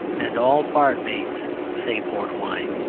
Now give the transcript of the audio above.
and all barmaids say port wine.